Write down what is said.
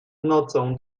nocą